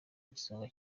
igisonga